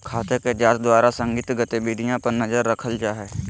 खाते के जांच द्वारा संदिग्ध गतिविधियों पर नजर रखल जा हइ